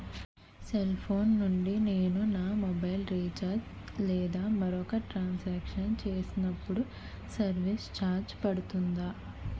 Cell phone నుండి నేను నా మొబైల్ రీఛార్జ్ లేదా మరొక ట్రాన్ సాంక్షన్ చేసినప్పుడు సర్విస్ ఛార్జ్ పడుతుందా?